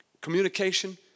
communication